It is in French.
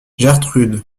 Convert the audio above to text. gertrude